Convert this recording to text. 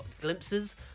glimpses